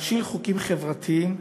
להכשיל חוקים חברתיים,